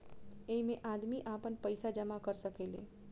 ऐइमे आदमी आपन पईसा जमा कर सकेले